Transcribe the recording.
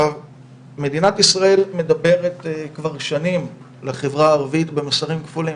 מדינת ישראל מדברת כבר שנים לחברה הערבית במסרים כפולים.